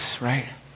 right